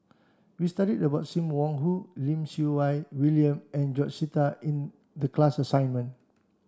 we studied about Sim Wong Hoo Lim Siew Wai William and George Sita in the class assignment